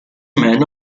man